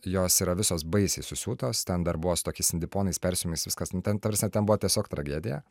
jos yra visos baisiai susiūtos ten dar buvo su tokiais sinteponais persiuvimais viskas nu ten ta prasme ten buvo tiesiog tragedija